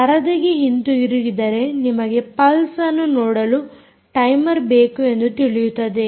ಪರದೆಗೆ ಹಿಂದಿರುಗಿದರೆ ನಿಮಗೆ ಪಲ್ಸ್ಅನ್ನು ನೋಡಲು ಟೈಮರ್ ಬೇಕು ಎಂದು ತಿಳಿಯುತ್ತದೆ